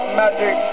magic